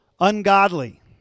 Ungodly